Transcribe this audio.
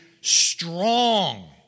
strong